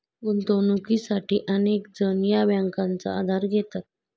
गुंतवणुकीसाठी अनेक जण या बँकांचा आधार घेतात